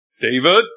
David